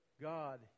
God